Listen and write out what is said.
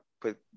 put